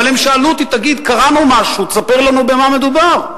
אבל הם שאלו אותי: קראנו משהו, ספר לנו במה מדובר.